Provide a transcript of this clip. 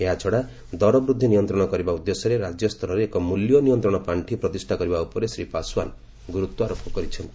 ଏହାଛଡ଼ା ଦର ବୃଦ୍ଧି ନିୟନ୍ତ୍ରଣ କରିବା ଉଦ୍ଦେଶ୍ୟରେ ରାଜ୍ୟସ୍ତରରେ ଏକ ମୂଲ୍ୟ ନିୟନ୍ତ୍ରଣ ପାର୍ଷି ପ୍ରତିଷ୍ଠା କରିବା ଉପରେ ଶ୍ରୀ ପାଶ୍ୱାନ ଗୁରୁତ୍ୱାରୋପ କରିଛନ୍ତି